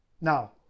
Now